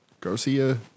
Garcia